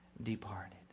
departed